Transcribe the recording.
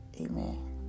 Amen